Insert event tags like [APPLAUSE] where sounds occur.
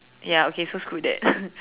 ya okay so screw that [LAUGHS]